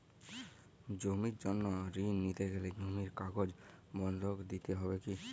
জমির জন্য ঋন নিতে গেলে জমির কাগজ বন্ধক দিতে হবে কি?